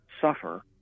suffer